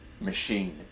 machine